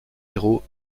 héros